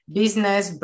business